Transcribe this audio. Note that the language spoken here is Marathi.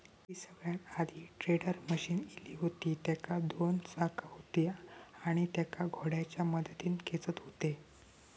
जी सगळ्यात आधी टेडर मशीन इली हुती तेका दोन चाका हुती आणि तेका घोड्याच्या मदतीन खेचत हुते